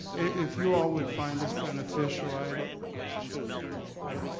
if you all would find this beneficial, i'd. and and kind of i know.